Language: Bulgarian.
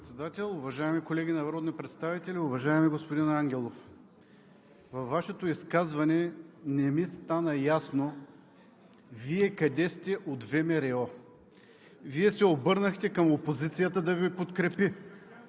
Вие се обърнахте към опозицията да Ви подкрепи,